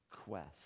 quest